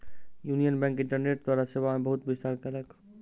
union Bank internet द्वारा सेवा मे बहुत विस्तार कयलक